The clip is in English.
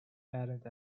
patent